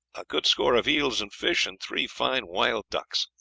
a good score of eels and fish and three fine wild ducks.